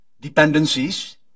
dependencies